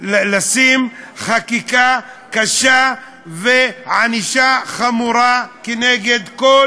לשים חקיקה קשה וענישה חמורה כנגד כל